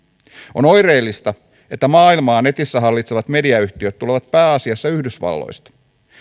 on oireellista että maailmaa netissä hallitsevat mediayhtiöt tulevat pääasiassa yhdysvalloista